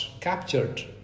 captured